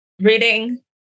reading